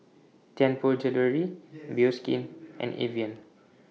Tianpo Jewellery Bioskin and Evian